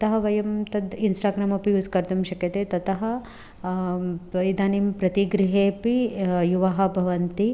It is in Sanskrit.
अतः वयं तत् इन्स्टाग्राम् अपि यूस् कर्तुं शक्यते ततः इदानीं प्रति गृहेपि युवः भवन्ति